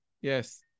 Yes